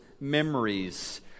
memories